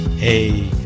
Hey